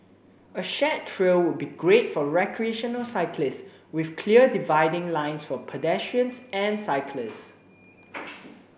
a shared trail would be great for recreational cyclists with clear dividing lines for pedestrians and cyclists